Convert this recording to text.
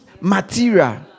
material